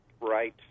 Right